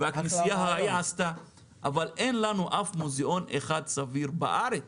אבל אין לנו אף מוזאון אחד סביר בארץ